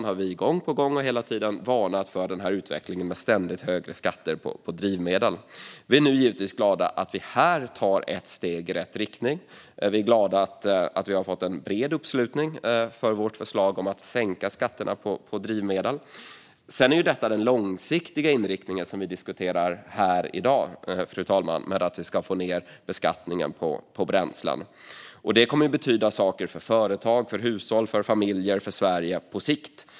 Vi har därför gång på gång hela tiden varnat för den här utvecklingen med ständigt högre skatter på drivmedel. Vi är nu givetvis glada att vi här tar ett steg i rätt riktning. Vi är glada att vi har fått en bred uppslutning för vårt förslag om att sänka skatterna på drivmedel. Fru talman! Sedan är det den långsiktiga inriktningen som vi diskuterar här i dag med att vi ska få ned beskattningen på bränslen. Det kommer att betyda saker för företag, hushåll, familjer och Sverige på sikt.